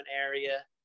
area